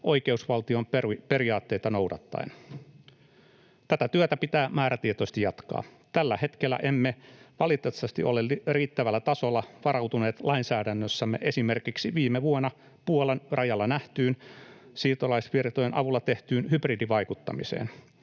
oikeusvaltion periaatteita noudattaen. Tätä työtä pitää määrätietoisesti jatkaa. Tällä hetkellä emme valitettavasti ole riittävällä tasolla varautuneet lainsäädännössämme esimerkiksi viime vuonna Puolan rajalla nähtyyn siirtolaisvirtojen avulla tehtyyn hybridivaikuttamiseen.